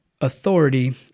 authority